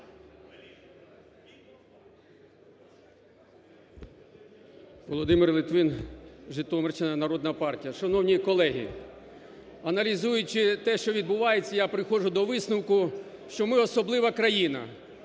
Володимир Литвин, Житомирщина, Народна Партія. Шановні колеги, аналізуючи те, що відбувається, я приходжу до висновку, що ми особлива країна.